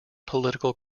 political